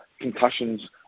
concussions